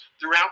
throughout